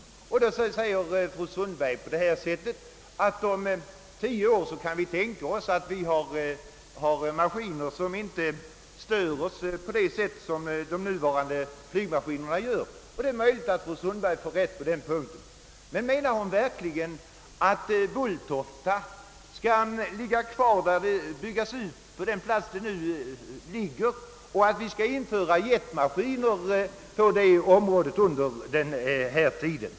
Fru Sundberg menar att vi om tio år kan tänkas ha jetmaskiner som inte stör oss på samma sätt som de nuvarande. Det är möjligt att hon får rätt, men menar hon verkligen att Bulltofta skall byggas ut på den plats där det nu ligger och att vi skall införa jetmaskiner där under mellantiden?